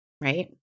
right